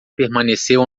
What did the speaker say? permaneceu